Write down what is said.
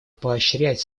поощрять